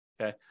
Okay